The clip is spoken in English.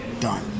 done